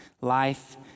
life